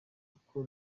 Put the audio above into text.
uko